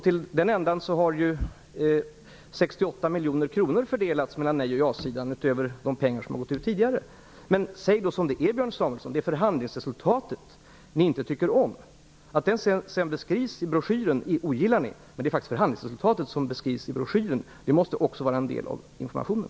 Till det ändamålet har 68 miljoner kronor fördelats mellan nej och ja-sidan, utöver de pengar som delats ut tidigare. Men säg som det är, nämligen att det är förhandlingsresultatet som ni inte tycker om; att det resultatet beskrivs i broschyren ogillar ni. Men det är faktiskt förhandlingsresultatet som beskrivs i broschyren, och då måste det också vara en del av informationen.